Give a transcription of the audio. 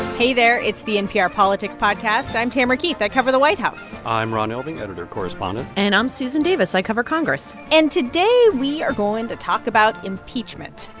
hey there. it's the npr politics podcast. i'm tamara keith. i cover the white house i'm ron elving, editor and correspondent and i'm susan davis. i cover congress and today we are going to talk about impeachment,